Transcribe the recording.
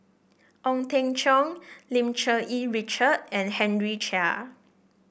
Ong Teng Cheong Lim Cherng Yih Richard and Henry Chia